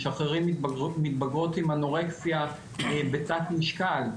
משחררים מתבגרות עם אנורקסיה בתת-משקל,